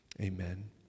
Amen